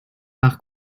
par